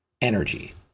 energy